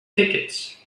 tickets